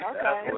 Okay